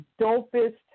dopest